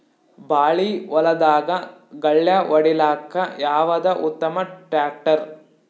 ಬಾಳಿ ಹೊಲದಾಗ ಗಳ್ಯಾ ಹೊಡಿಲಾಕ್ಕ ಯಾವದ ಉತ್ತಮ ಟ್ಯಾಕ್ಟರ್?